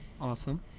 awesome